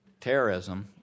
terrorism